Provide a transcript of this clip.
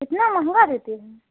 इतना महँगा देती हैं